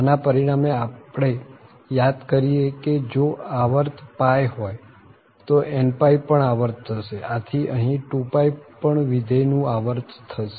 આના પરિણામે આપણે યાદ કરીએ કે જો આવર્ત હોય તો nπ પણ આવર્ત થશે આથી અહીં 2π પણ વિધેય નું આવર્ત થશે